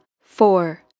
four